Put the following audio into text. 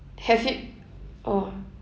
have y~ oh